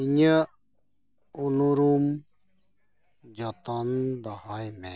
ᱤᱧᱟᱹᱜ ᱩᱱᱩᱨᱩᱢ ᱡᱚᱛᱚᱱ ᱫᱚᱦᱚᱭ ᱢᱮ